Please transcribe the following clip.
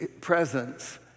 presence